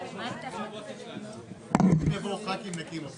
הישיבה ננעלה